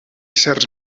certs